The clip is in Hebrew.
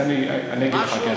אז אגיד לך: